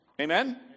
Amen